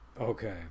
Okay